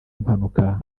impanuka